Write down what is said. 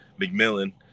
McMillan